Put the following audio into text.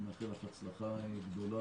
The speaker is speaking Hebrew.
אני מאחל לך הצלחה גדולה